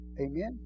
Amen